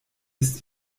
ist